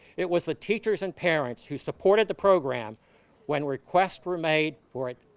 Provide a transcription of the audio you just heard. it was the teachers and parents who supported the program when requests were made for it,